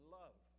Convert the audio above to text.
love